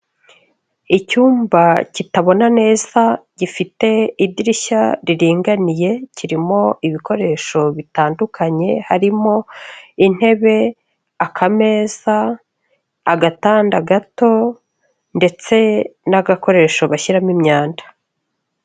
Icyumba kitabona neza gifite idirishya riringaniye, kirimo ibikoresho bitandukanye, harimo: intebe, akameza, agatanda gato ndetse n'agakoresho bashyiramo imyanda.